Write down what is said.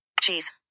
Cheese